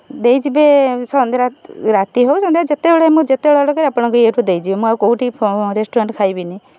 ଦେଇଯିବେ ସନ୍ଧ୍ୟା ରାତି ହେଉ ସନ୍ଧ୍ୟା ଯେତେବେଳେ ମୁଁ ଯେତେବେଳେ ଅର୍ଡ଼ର୍ କରିବି ଆପଣଙ୍କୁ ଏଇଠୁ ଦେଇଯିବେ ମୁଁ ଆଉ କେଉଁଠି ରେଷ୍ଟୁରାଣ୍ଟ୍ ଖାଇବିନି